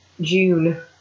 June